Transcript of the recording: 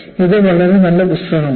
ഇത് വളരെ നല്ല പുസ്തകമാണ്